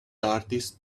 artist